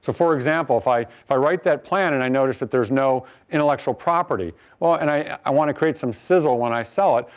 for example, if i if i write that plan and i notice that there is no intellectual property and i i want to create some sizzle when i sell it,